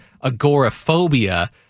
agoraphobia